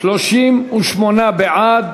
38 בעד,